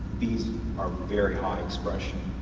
these are very high expression.